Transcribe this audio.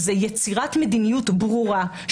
זאת יצירת מדיניות ברורה,